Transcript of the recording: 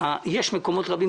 יש מקומות רבים,